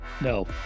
No